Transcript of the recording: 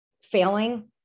failing